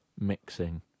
mixing